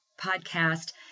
podcast